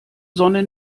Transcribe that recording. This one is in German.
sonne